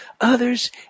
others